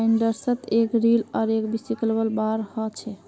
बाइंडर्सत एक रील आर एक सिकल बार ह छे